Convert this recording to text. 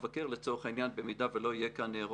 אם הם היו באופוזיציה, מעניין אם הם היו בתמונה.